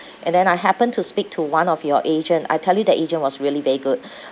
and then I happened to speak to one of your agent I tell you the agent was really very good